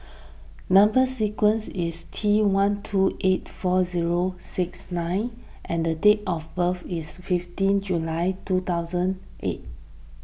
Number Sequence is T one two eight four zero six nine and date of birth is fifteen July two thousand eight